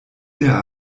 der